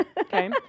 Okay